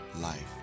life